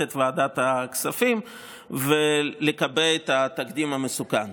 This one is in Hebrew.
את ועדת הכספים ולקבע את התקדים המסוכן.